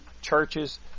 churches